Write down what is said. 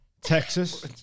Texas